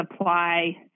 apply